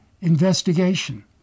investigation